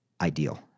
ideal